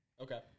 Okay